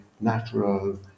natural